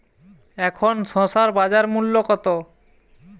এখন শসার বাজার মূল্য কত?